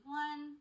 one